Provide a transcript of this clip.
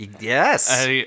Yes